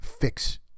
Fix